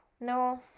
No